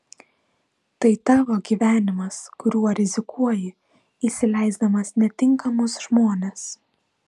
tai tavo gyvenimas kuriuo rizikuoji įsileisdamas netinkamus žmones